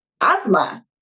asthma